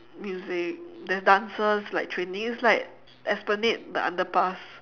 music they have dances like train it's like esplanade the underpass